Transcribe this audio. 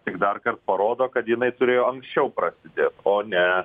tik darkart parodo kad jinai turėjo anksčiau prasidėt o ne